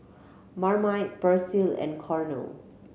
Marmite Persil and Cornell